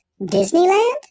Disneyland